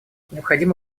необходимо